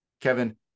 kevin